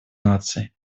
наций